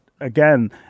again